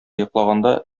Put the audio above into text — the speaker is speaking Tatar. йоклаганда